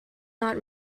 not